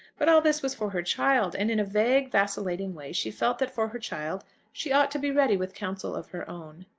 but all this was for her child, and in a vague, vacillating way she felt that for her child she ought to be ready with counsel of her own.